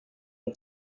him